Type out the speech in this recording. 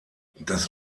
das